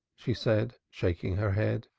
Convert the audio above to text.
she said, shaking her head.